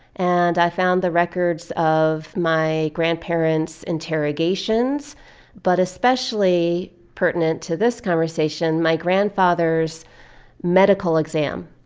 and i found the records of my grandparents' interrogations but especially pertinent to this conversation, my grandfather's medical exam.